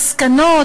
ולמסקנות.